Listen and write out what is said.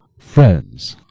friends,